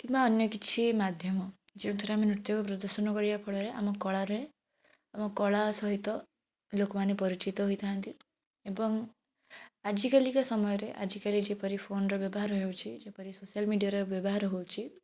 କିମ୍ବା ଅନ୍ୟ କିଛି ମାଧ୍ୟମ ଯେଉଁଥିରେ ଆମେ ନୃତ୍ୟକୁ ପ୍ରଦର୍ଶନ କରିବା ଫଳରେ ଆମ କଳାରେ ଆମ କଳା ସହିତ ଲୋକମାନେ ପରିଚିତ ହୋଇଥାନ୍ତି ଏବଂ ଆଜିକାଲିକା ସମୟରେ ଆଜିକାଲି ଯେପରି ଫୋନର ବ୍ୟବହାର ହେଉଛି ଯେପରି ସୋସିଆଲ୍ ମିଡ଼ିଆର ବ୍ୟବହାର ହେଉଛି